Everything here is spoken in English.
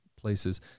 places